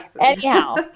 Anyhow